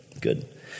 good